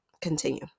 continue